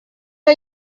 are